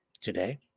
today